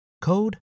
code